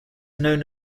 known